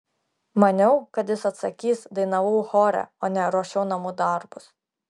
maniau kad jis atsakys dainavau chore o ne ruošiau namų darbus